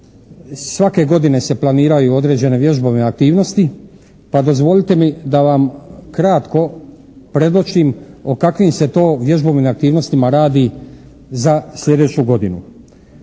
svake godine se planiraju određene vježbovne aktivnosti, pa dozvolite mi da vam kratko predočim o kakvim se to vježbovnim aktivnostima radi za sljedeću godinu.